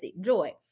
Joy